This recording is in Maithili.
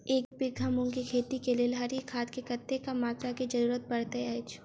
एक बीघा मूंग केँ खेती केँ लेल हरी खाद केँ कत्ते मात्रा केँ जरूरत पड़तै अछि?